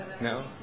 No